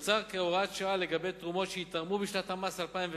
מוצע כהוראת שעה לגבי תרומות שייתרמו בשנת המס 2009